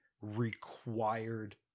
required